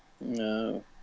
no